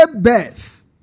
birth